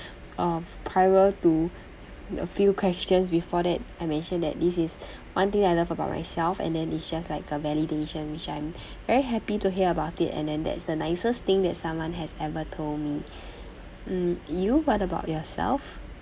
uh prior to the few questions before that I mentioned that this one thing that I love about myself and then it's just like a validation which I'm very happy to hear about it and then that's the nicest thing that someone has ever told me mm you what about yourself